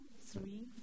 three